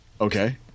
Okay